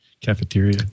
Cafeteria